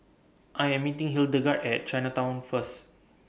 I Am meeting Hildegard At Chinatown First